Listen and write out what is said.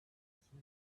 for